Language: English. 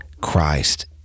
Christ